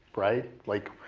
right? like,